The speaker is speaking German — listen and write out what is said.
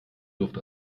luft